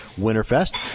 Winterfest